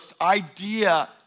idea